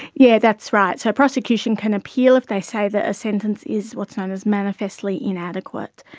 yeah that's right. so prosecution can appeal if they say that a sentence is what is known as manifestly inadequate,